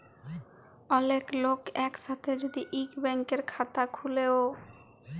ওলেক লক এক সাথে যদি ইক ব্যাংকের খাতা খুলে ও